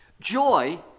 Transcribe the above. joy